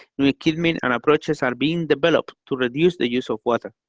new equipment and approaches are being developed to reduce the use of water.